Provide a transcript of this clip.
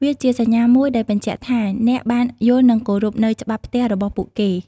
វាជាសញ្ញាមួយដែលបញ្ជាក់ថា អ្នកបានយល់និងគោរពនូវច្បាប់ផ្ទះរបស់ពួកគេ។